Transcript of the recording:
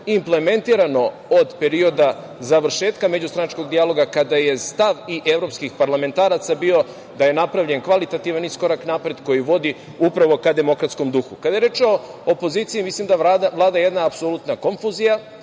implementirano od perioda završetka međustranačkog dijaloga, kada je stav i evropskih parlamentaraca bio da je napravljen kvalitativan iskorak napred, koji vodi upravo ka demokratskom duhu. Kada je reč o opoziciji, mislim da vlada jedna apsolutna konfuzija,